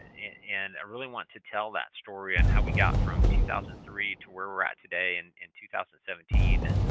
and i really want to tell that story and how we got from two thousand and three to where we're at today in in two thousand seventeen,